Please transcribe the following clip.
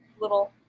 little